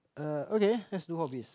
uh okay let's do hobbies